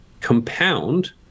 compound